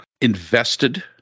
invested